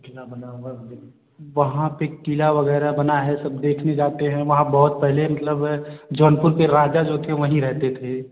किला बना हुआ मंदिर वहाँ पर किला वगैरह बना है सब देखने जाते हैं वहाँ बहुत पहले मतलब जौनपुर के राजा जो थे वहीं रहते थे